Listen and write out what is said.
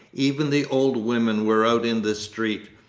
even the old women were out in the street,